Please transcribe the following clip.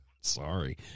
Sorry